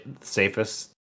safest